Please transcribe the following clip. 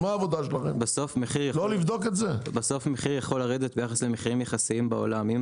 בסוף, מחיר יכול לרדת ביחס למחירים יחסיים בעולם.